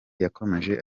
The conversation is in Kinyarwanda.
yakomeje